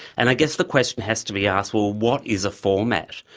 and i guess the question has to be asked, well, what is a format?